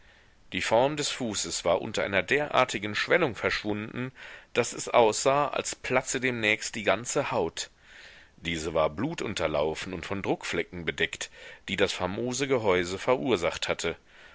die form des fußes war unter einer derartigen schwellung verschwunden daß es aussah als platze demnächst die ganze haut diese war blutunterlaufen und von druckflecken bedeckt die das famose gehäuse verursacht hatte